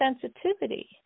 sensitivity